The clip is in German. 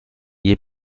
ihr